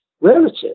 relative